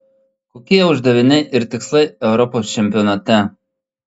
kokie uždaviniai ir tikslai europos čempionate